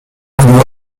grew